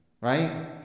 right